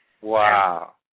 Wow